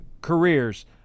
careers